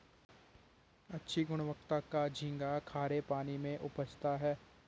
अच्छे गुणवत्ता का झींगा खरे पानी में उपजता है